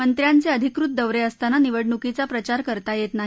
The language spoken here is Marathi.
मंत्र्याचे अधिकृत दौरे असताना निवडणुकीचा प्रचार करता येत नाही